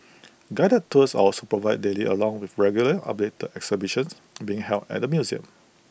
guided tours are also provided daily along with regular updated exhibitions being held at the museum